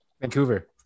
Vancouver